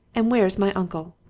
and where's my uncle?